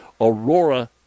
Aurora